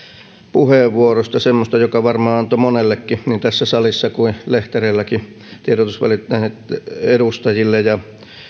puheenvuorosta semmoisesta joka varmaan antoi monelle miettimistä niin tässä salissa kuin lehtereilläkin tiedotusvälineiden edustajille ja